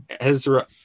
ezra